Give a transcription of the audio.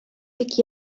бик